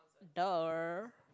duh